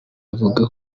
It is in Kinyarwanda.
avuga